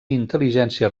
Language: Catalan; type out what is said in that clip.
intel·ligència